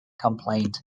complained